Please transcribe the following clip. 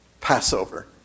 Passover